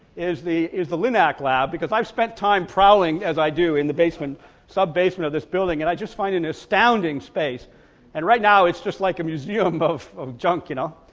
is the is the linac lab because i've spent time prowling as i do in the basement sub-basement of this building and i just found an astounding space and right now it's just like a museum of of junk, you know,